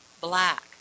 black